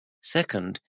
Second